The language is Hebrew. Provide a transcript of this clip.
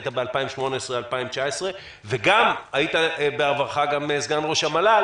אתה היית בשנת 2019-2018 והיית בעברך גם סגן ראש המל"ל.